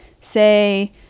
say